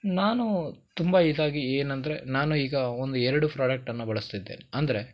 ನಾನು ತುಂಬ ಇದಾಗಿ ಏನಂದರೆ ನಾನು ಈಗ ಒಂದು ಎರಡು ಫ್ರೋಡಕ್ಟನ್ನು ಬಳಸುತ್ತಿದ್ದೇನೆ ಅಂದರೆ